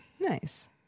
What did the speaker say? nice